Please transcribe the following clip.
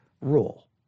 rule